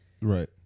right